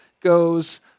goes